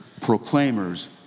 proclaimers